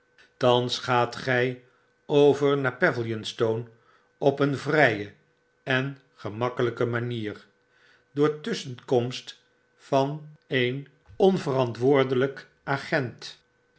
thans gaat gy over naar pavilionstone op pen vrye en gemakkelyke manier door tusschenkomst van e a onverantwoordelijk agent